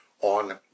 on